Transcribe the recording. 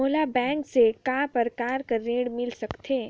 मोला बैंक से काय प्रकार कर ऋण मिल सकथे?